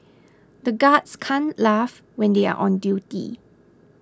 the guards can't laugh when they are on duty